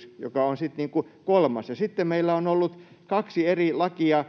32/2021, joka on sitten niin kuin kolmas. Ja sitten meillä on ollut kaksi eri lakia: